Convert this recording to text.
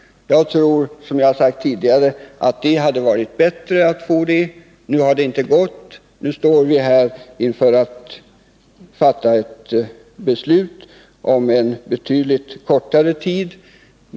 Som jag sagt tidigare tror jag att det hade varit bättre. Det har inte gått, och nu står vi i begrepp att fatta beslut om ett försök under en betydligt kortare tid.